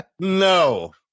No